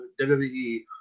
WWE